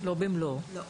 לא במלואו.